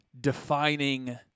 defining